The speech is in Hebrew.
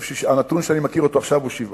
הנתון שאני מכיר הוא שבעה.